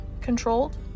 controlled